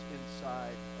inside